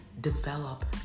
develop